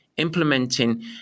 implementing